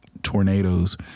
tornadoes